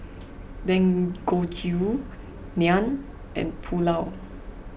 Dangojiru Naan and Pulao